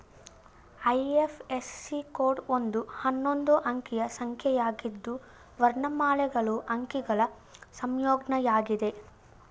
IFSC code ಒಂದು ಹನ್ನೊಂದು ಅಂಕಿಯ ಸಂಖ್ಯೆಯಾಗಿದ್ದು ವರ್ಣಮಾಲೆಗಳು ಅಂಕಿಗಳ ಸಂಯೋಜ್ನಯಾಗಿದೆ